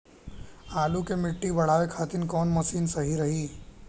आलू मे मिट्टी चढ़ावे खातिन कवन मशीन सही रही?